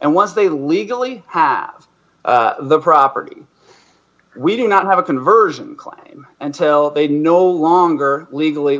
and once they legally have the property we do not have a conversion climb and still they no longer legally